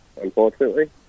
unfortunately